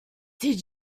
did